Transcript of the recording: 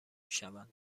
شوند